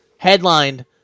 headlined